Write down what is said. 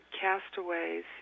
castaways